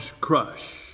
crush